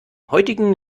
heutigen